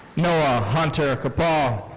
noah hunter capaul.